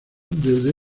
desde